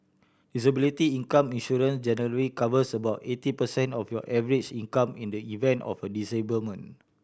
disability income insurance generally covers about eighty percent of your average income in the event of a disablement